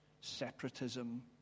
separatism